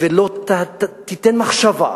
ולא תיתן מחשבה,